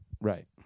Right